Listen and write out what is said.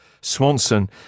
Swanson